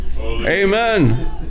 Amen